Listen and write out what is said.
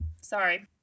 Sorry